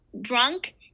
drunk